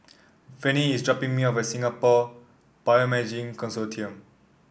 Vennie is dropping me off at Singapore Bioimaging Consortium